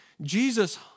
Jesus